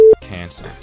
cancer